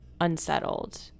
unsettled